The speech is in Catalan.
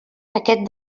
aquest